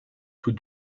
tous